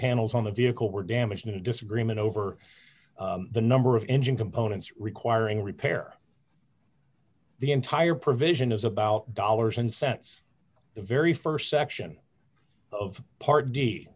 panels on the vehicle were damaged in a disagreement over the number of engine components requiring repair the entire provision is about dollars and cents the very st section of part d